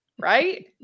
Right